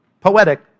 poetic